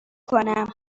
کنم